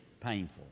painful